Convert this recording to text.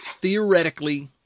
theoretically